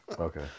okay